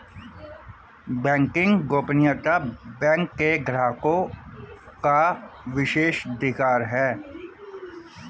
banking गोपनीयता bank के ग्राहकों का विशेषाधिकार है